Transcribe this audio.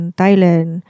Thailand